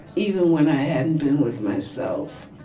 even when i hadn't been with myself.